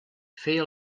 feia